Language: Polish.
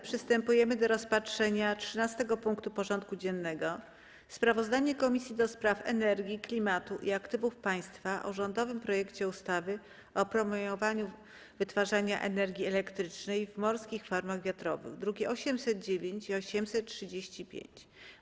Przystępujemy do rozpatrzenia punktu 13. porządku dziennego: Sprawozdanie Komisji do Spraw Energii, Klimatu i Aktywów Państwowych o rządowym projekcie ustawy o promowaniu wytwarzania energii elektrycznej w morskich farmach wiatrowych (druki nr 809 i 835)